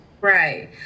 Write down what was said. Right